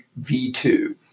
V2